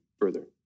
further